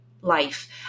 life